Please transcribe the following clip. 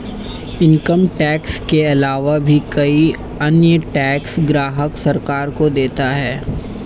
income tax के आलावा भी कई अन्य टैक्स ग्राहक सरकार को देता है